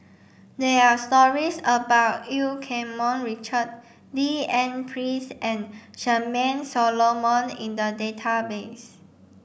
there are stories about Eu Keng Mun Richard D N Pritt and Charmaine Solomon in the database